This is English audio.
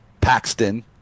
Paxton